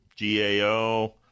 GAO